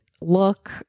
look